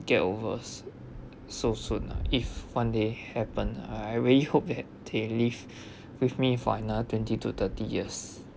get over s~ so soon ah if one day happen I I really hope that they live with me for another twenty to thirty years